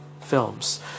films